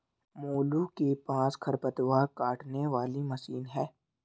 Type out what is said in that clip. मोलू के पास खरपतवार काटने वाली मशीन है